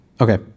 Okay